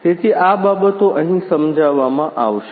તેથી આ બાબતો અહીં સમજાવવામાં આવશે